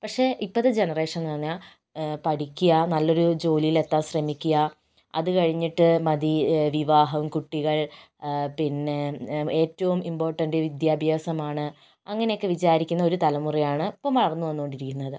പക്ഷേ ഇപ്പോഴത്തെ ജനറേഷൻ എന്ന് പറഞ്ഞ് കഴിഞ്ഞാൽ പഠിക്കുക നല്ലൊരു ജോലിയിൽ എത്താൻ ശ്രമിക്കുക അത് കഴിഞ്ഞിട്ട് മതി വിവാഹം കുട്ടികൾ പിന്നെ ഏറ്റവും ഇംപോർട്ടൻറ് വിദ്യാഭ്യാസമാണ് അങ്ങനെയൊക്കെ വിചാരിക്കുന്ന ഒരു തലമുറയാണ് ഇപ്പം വളർന്നു വന്നുകൊണ്ടിരിക്കുന്നത്